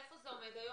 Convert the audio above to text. איפה זה עומד היום?